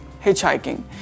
hitchhiking